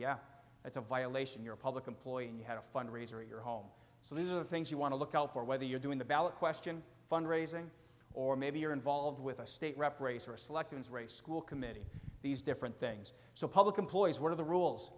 yeah that's a violation you're a public employee and you had a fundraiser in your home so those are the things you want to look out for whether you're doing the ballot question fund raising or maybe you're involved with a state rep race or a selective school committee these different things so public employees one of the rules